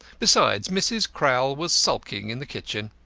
besides, mrs. crowl was sulking in the kitchen.